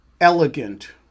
elegant